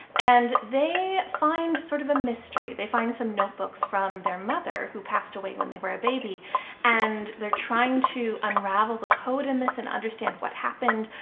and they find sort of a mystery. they find some notebooks from their mother who passed away when they were a baby and they're trying to unravel the code in this and understand what happened,